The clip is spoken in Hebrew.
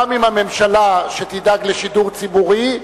גם עם הממשלה, שתדאג לשידור ציבורי,